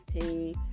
team